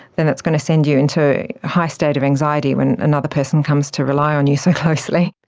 then it's going to send you into a high state of anxiety when another person comes to rely on you so closely.